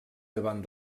davant